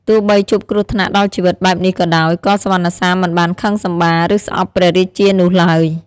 ទោះបីជួបគ្រោះថ្នាក់ដល់ជីវិតបែបនេះក៏ដោយ ក៏សុវណ្ណសាមមិនបានខឹងសម្បារ ឬស្អប់ព្រះរាជានោះឡើយ។